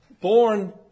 born